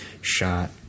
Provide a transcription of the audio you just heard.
shot